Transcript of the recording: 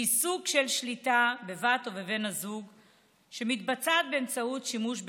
שהיא סוג של שליטה בבת או בבן הזוג שמתבצעת באמצעות שימוש בארנק.